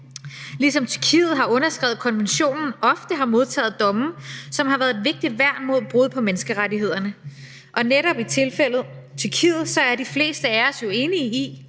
ligesom Tyrkiet, der har underskrevet konventionen, ofte har modtaget domme, som har været et vigtigt værn mod brud på menneskerettighederne. Netop i tilfældet Tyrkiet er de fleste af os jo enige i,